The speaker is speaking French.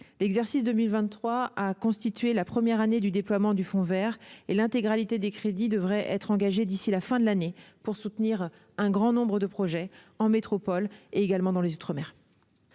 L'exercice 2023 a constitué la première année du déploiement du fonds vert, et l'intégralité des crédits devrait être engagée d'ici à la fin de l'année pour soutenir un grand nombre de projets, en métropole et dans les territoires